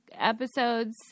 episodes